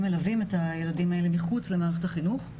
מלווים את הילדים האלה מחוץ למערכת החינוך.